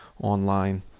online